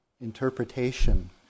interpretation